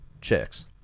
chicks